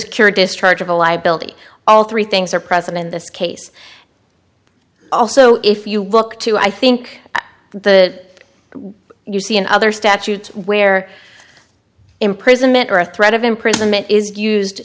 secure discharge of a liability all three things are present in this case also if you look to i think the you see in other statute where imprisonment or threat of imprisonment is used